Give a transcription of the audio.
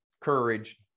courage